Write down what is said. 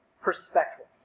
perspective